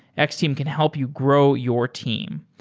x-team can help you grow your team.